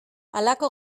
halako